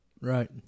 Right